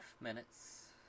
minutes